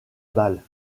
balle